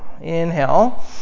Inhale